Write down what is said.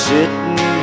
Sitting